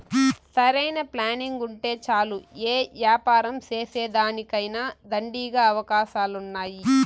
సరైన ప్లానింగుంటే చాలు యే యాపారం సేసేదానికైనా దండిగా అవకాశాలున్నాయి